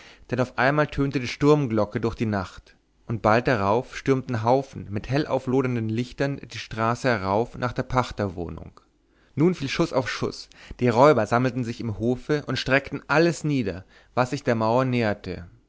denn auf einmal tönte die sturmglocke durch die nacht und bald darauf strömten haufen mit hellauflodernden lichtern die straße herauf nach der pachterwohnung nun fiel schuß auf schuß die räuber sammelten sich im hofe und streckten alles nieder was sich der mauer näherte